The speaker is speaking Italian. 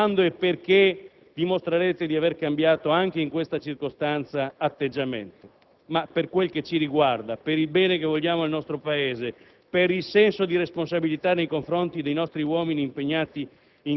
Di questi vostri ravvedimenti siamo soddisfatti, anche se gradiremmo che la volta prossima, quando vorrete ancora indicarci la via del bene, voi che avete verità in tasca, lo spiegaste forse con un po' meno saccente sicumera e con più